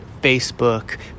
Facebook